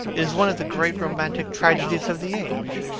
is one of the great romantic tragedies of the age.